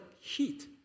heat